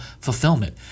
fulfillment